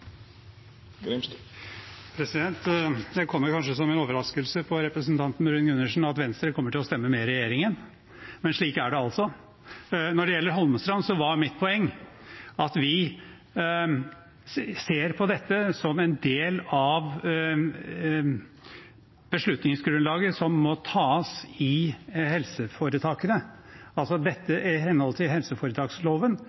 kommer kanskje som en overraskelse på representanten Bruun-Gundersen at Venstre kommer til å stemme med regjeringen, men slik er det altså. Når det gjelder Holmestrand, var mitt poeng at vi ser på dette som en del av grunnlaget for beslutningene som må tas